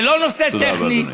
זה לא נושא טכני,